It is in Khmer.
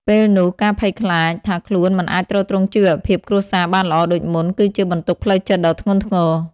ពេលនោះការភ័យខ្លាចថាខ្លួនមិនអាចទ្រទ្រង់ជីវភាពគ្រួសារបានល្អដូចមុន គឺជាបន្ទុកផ្លូវចិត្តដ៏ធ្ងន់ធ្ងរ។